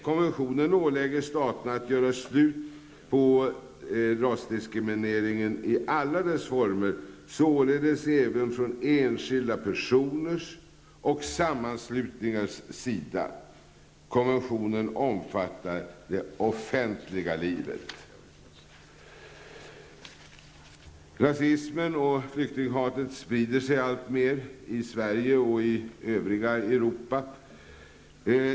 Konventionen ålägger staterna att göra slut på rasdiskriminering i alla dess former, således även från enskilda personers och sammanslutningars sida. Konventionen omfattar det offentliga livet. Rasismen och flyktinghatet sprider sig alltmer i Sverige och i övriga Europa.